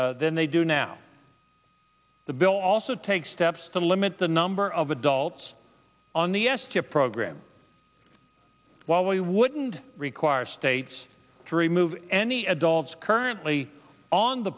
than they do now the bill also take steps to limit the number of adults on the u s to program while we wouldn't require states to remove any adults currently on the